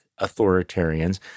authoritarians